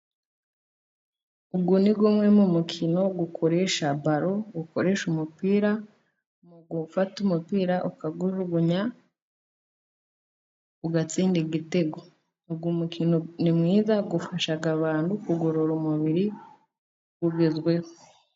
Uyu ni umwe mu mukino ukoresha baro, ukoresha umupira mu gufata umupira ukawujugunya ugatsinda igitego. Uwo mukino ni mwiza ufasha abantu kugorora umubiri ugezweho.